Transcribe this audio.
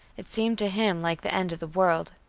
it seemed to him like the end of the world.